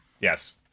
Yes